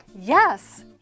Yes